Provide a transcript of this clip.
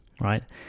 right